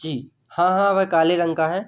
जी हाँ हाँ वह काले रंग का है